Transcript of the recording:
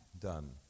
done